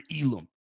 Elam